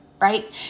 right